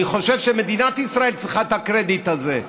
אני חושב שמדינת ישראל צריכה את הקרדיט הזה,